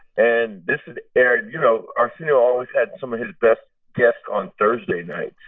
and this aired you know, arsenio always had some of his best guests on thursday nights.